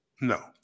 No